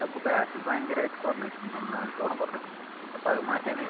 അതിപ്പോൾ ബാറ്ററി ഭയങ്കര കുറഞ്ഞേക്കുന്ന് നല്ലോണം കുറഞ്ഞേക്കുന്ന് അപ്പോൾ അത് മാറ്റാനായി